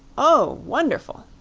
oh, wonderful.